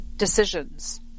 Decisions